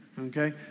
Okay